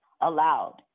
allowed